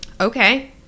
okay